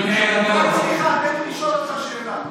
אל, רק סליחה, תן לי לשאול אותך שאלה.